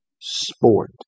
sport